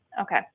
Okay